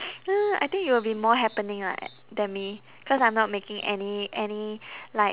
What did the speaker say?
I think you will be more happening lah a~ than me cause I'm not making any any like